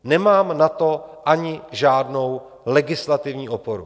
Nemám na to ani žádnou legislativní oporu.